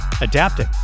adapting